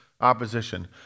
opposition